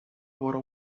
vora